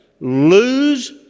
Lose